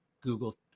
Google